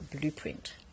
blueprint